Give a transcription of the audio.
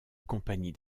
compagnie